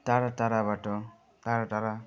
टाढा टाढाबाट टाढा टाढा